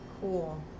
Cool